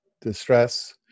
distress